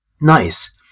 Nice